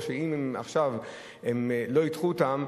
או שאם עכשיו הם לא ידחו אותן,